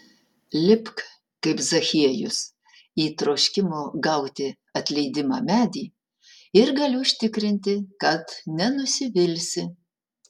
lipk kaip zachiejus į troškimo gauti atleidimą medį ir galiu užtikrinti kad nenusivilsi